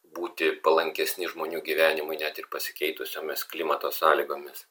būti palankesni žmonių gyvenimui net ir pasikeitusiomis klimato sąlygomis